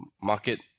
market